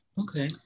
okay